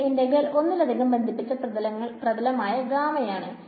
ഇവിടെ ഇന്റഗ്രൽ ഒന്നിലധികം ബന്ധിപ്പിച്ച പ്രഥലമായ ഗാമയാണ്